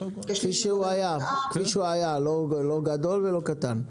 נשמר כפי שהיה, לא גדול ולא קטן.